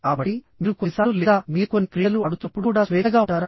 కాబట్టి మీరు కొన్నిసార్లు లేదా మీరు కొన్ని క్రీడలు ఆడుతున్నప్పుడు కూడా స్వేచ్ఛగా ఉంటారా